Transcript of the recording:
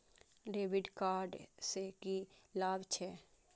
डेविट कार्ड से की लाभ छै?